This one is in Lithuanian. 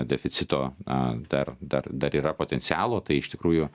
deficito na dar dar dar yra potencialo tai iš tikrųjų